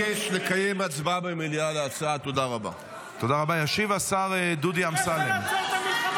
חבר הכנסת אושר שקלים, שמענו בפעם